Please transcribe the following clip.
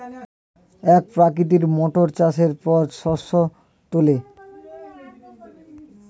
এক প্রকৃতির মোটর চাষের পর শস্য তোলে